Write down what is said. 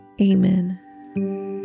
Amen